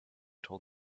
told